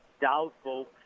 doubtful